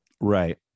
right